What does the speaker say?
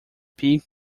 peak